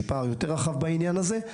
יש פער יותר רחב בעניין הזה.